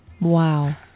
Wow